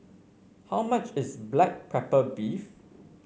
how much is Black Pepper Beef